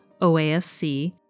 OASC